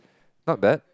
not bad